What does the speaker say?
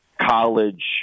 college